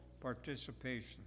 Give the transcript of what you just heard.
participation